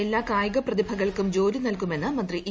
എല്ലാ കായിക പ്രതിഭകൾക്കും ജോലി നൽകുമെന്ന് മന്ത്രി ഇ